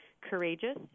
courageous